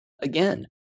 again